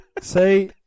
See